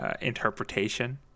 interpretation